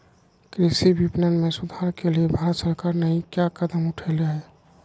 कृषि विपणन में सुधार के लिए भारत सरकार नहीं क्या कदम उठैले हैय?